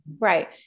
Right